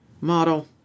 model